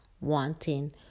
wanting